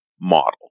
model